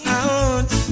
out